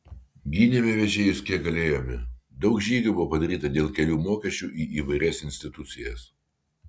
gynėme vežėjus kiek galėjome daug žygių buvo padaryta dėl kelių mokesčių į įvairias institucijas